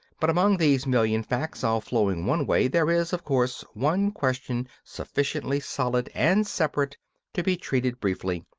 but among these million facts all flowing one way there is, of course, one question sufficiently solid and separate to be treated briefly,